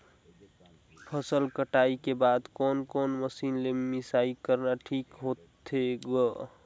फसल कटाई के बाद कोने कोने मशीन ले मिसाई करना ठीक होथे ग?